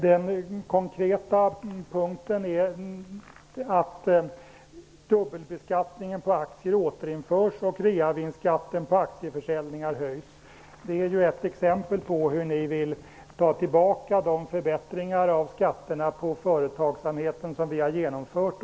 Den konkreta punkten var att dubbelbeskattningen på aktier skall återinföras och reavinstskatten på aktieförsäljningar höjas. Det är ett exempel på att ni vill dra tillbaka de förbättringar av skatterna som vi har genomfört.